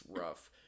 rough